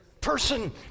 Person